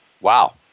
Wow